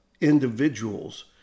Individuals